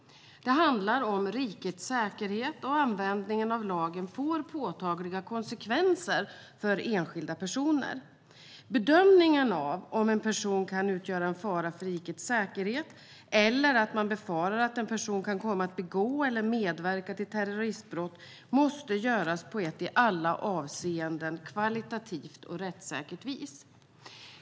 Det handlar om rikets säkerhet, och användningen av lagen får påtagliga konsekvenser för enskilda personer. Bedömningen av om en person kan utgöra en fara för rikets säkerhet eller om man kan befara att en person kan komma att begå eller medverka till terroristbrott måste göras på ett i alla avseenden högkvalitativt och rättssäkert vis.